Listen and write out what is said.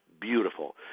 beautiful